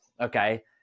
okay